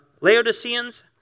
Laodiceans